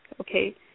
okay